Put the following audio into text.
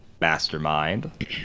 Mastermind